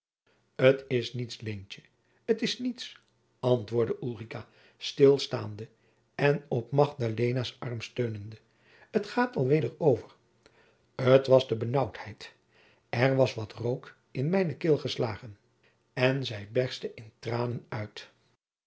t is niets leentje t is niets antwoordde ulrica stilstaande en op magdalenaas arm leunende t gaat al weder over t was de benaauwdheid er was wat rook in mijnen keel geslagen en zij berstte in tranen uit